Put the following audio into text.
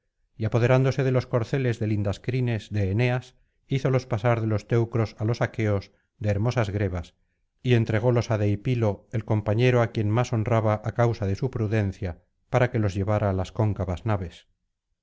y apoderándose de los corceles de lindas crines de eneas hízolos pasar de los teucros á los aqueos de hermosas grebas y entrególos á deipilo el compañero á quien más honraba á causa de su prudencia para que los llevara á las cóncavas naves